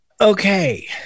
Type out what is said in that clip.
Okay